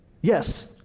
Yes